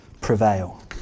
prevail